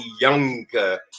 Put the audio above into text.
younger